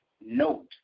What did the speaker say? note